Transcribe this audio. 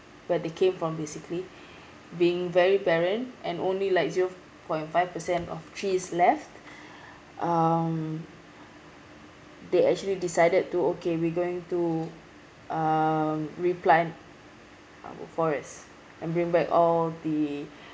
where they came from basically being very barren and only like zero point five percent of trees left um they actually decided to okay we going to um replant our forest and bring back all the